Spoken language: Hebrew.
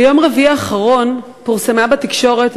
ביום רביעי האחרון פורסמה בתקשורת,